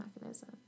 mechanism